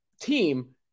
team